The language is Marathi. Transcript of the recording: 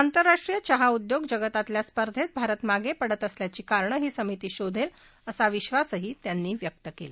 आंतरराष्ट्रीय चहा उद्योग जगतातल्या स्पर्धेत भारत मागप्रिडत असल्याची कारणं ही समिती शोधव्व असा विद्वास त्यांनी व्यक्त कला